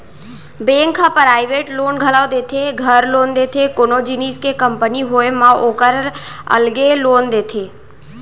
bank ह private loan घलौ देथे, घर लोन देथे, कोनो जिनिस के कंपनी होय म ओकर अलगे लोन देथे